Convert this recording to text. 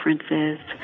differences